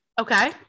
Okay